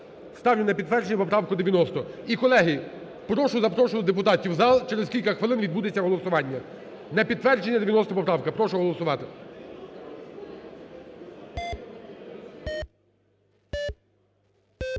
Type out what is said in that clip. Ставлю на підтвердження поправку 90. І колеги, прошу запрошувати депутатів в зал через кілька хвилин відбудеться голосування. На підтвердження 90 поправку, прошу голосувати.